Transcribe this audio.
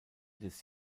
des